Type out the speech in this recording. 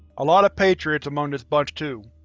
a lot of patriots among this bunch, too.